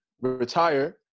retire